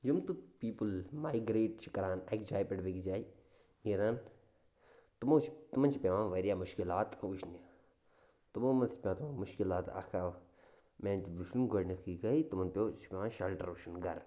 یِم تہٕ people migrate چھِ کَران اَکہِ جایہِ پٮ۪ٹھ بیٚکہِ جایہِ نیران تِمو چھِ تِمَن چھِ پٮ۪وان واریاہ مُشکلات وٕچھنہِ تِمو منٛز چھِ پٮ۪وان تِمَن مُشکِلات اَکھ آو میٛانہِ تہِ وٕچھُن گۄڈنٮ۪تھٕے گٔے تِمَن پیوٚو چھُ پٮ۪وان شَلٹَر وٕچھُن گَرٕ